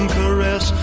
caress